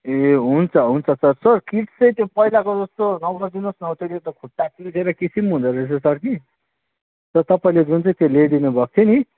ए हुन्छ हुन्छ sir sir kit चाहिँ त्यो पहिलाको जस्तो नगरिदिनु होस् न त्यसले त खुट्टा कुल्चेर किसिम हुँदोरहेछ सर कि र तपाईँले जुन चाहिँ त्यो ल्याइदिनु भएको थियो नि